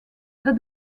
that